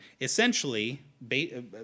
Essentially